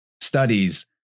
studies